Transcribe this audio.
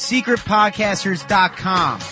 Secretpodcasters.com